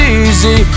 easy